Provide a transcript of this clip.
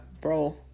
bro